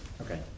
okay